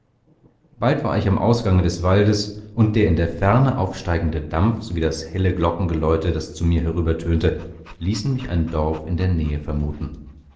bald war ich am ausgange des waldes und der in der ferne aufsteigende dampf sowie das helle glockengeläute das zu mir herübertönte ließen mich ein dorf in der nähe vermuten